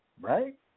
right